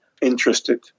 interested